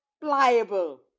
pliable